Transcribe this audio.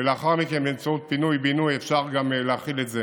ולאחר מכן באמצעות פינוי-בינוי אפשר גם להחיל את זה